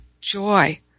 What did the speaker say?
joy